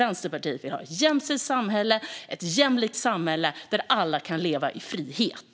Vänsterpartiet vill ha ett jämställt samhälle, ett jämlikt samhälle, där alla kan leva i frihet.